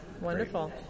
Wonderful